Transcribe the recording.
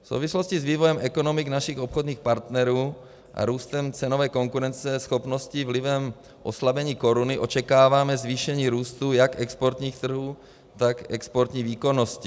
V souvislosti s vývojem ekonomik našich obchodních partnerů a růstem cenové konkurence, schopnosti vlivem oslabení koruny očekáváme zvýšení růstu jak exportních trhů, tak exportní výkonnosti.